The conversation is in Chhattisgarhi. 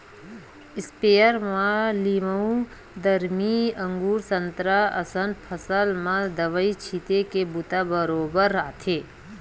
इस्पेयर म लीमउ, दरमी, अगुर, संतरा असन फसल म दवई छिते के बूता बरोबर आथे